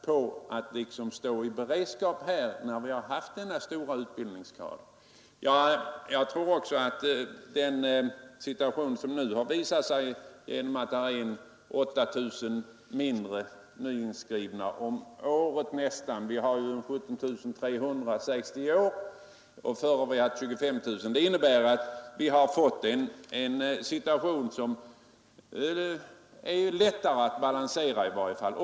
Man borde ha upprätthållit en viss beredskap, när vi nu haft denna stora kader av personer under utbildning. Antalet nyinskrivna är nu 8 000 lägre än i fjol 17 300 i år, sägs det, mot 25 000 förra året och det innebär att det blir lättare att upprätthålla balans.